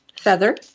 feather